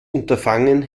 unterfangen